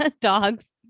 Dogs